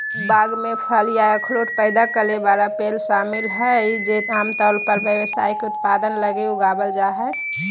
बाग में फल या अखरोट पैदा करे वाला पेड़ शामिल हइ जे आमतौर पर व्यावसायिक उत्पादन लगी उगावल जा हइ